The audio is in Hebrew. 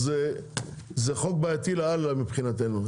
אז זה חוק בעייתי לאללה מבחינתנו.